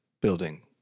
building